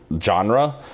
genre